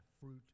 fruit